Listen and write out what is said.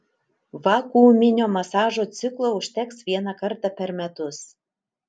vakuuminio masažo ciklo užteks vieną kartą per metus